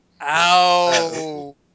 Ow